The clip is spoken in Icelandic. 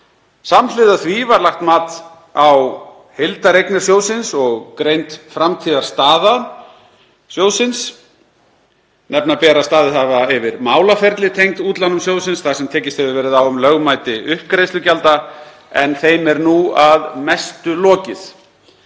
Samhliða því var lagt mat á heildareignir sjóðsins og greind framtíðarstaða hans. Nefna ber að staðið hafa yfir málaferli tengd útlánum sjóðsins þar sem tekist hefur verið á um lögmæti uppgreiðslugjalda, en þeim er nú að mestu lokið.